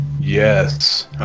Yes